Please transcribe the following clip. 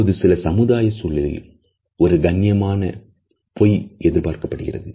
இப்போது சில சமுதாய சூழலில் ஒரு கண்ணியமான பொய் எதிர்பார்க்கப்படுகிறது